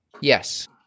Yes